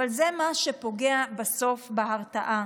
אבל זה מה שפוגע בסוף בהרתעה.